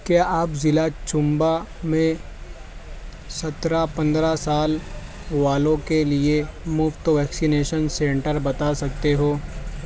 کیا آپ ضلع چمبا میں سترہ پندرہ سال والوں کے لیے مفت ویکسینیشن سینٹر بتا سکتے ہو